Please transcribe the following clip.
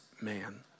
man